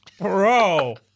Bro